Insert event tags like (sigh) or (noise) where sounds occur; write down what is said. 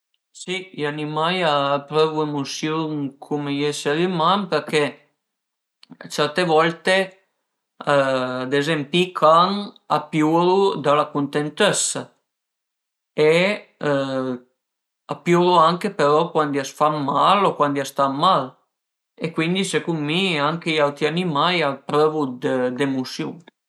Si i animai a prõvu emusiun cume gli eseri üman përché certe volte (hesitation) ad ezempi i can a piuru da la cuntentëssa e a piuru anche però cuandi a së fan mal o cuandi a stan mal e cuindi secund mi anche d'autri animal a prövu d'emusiun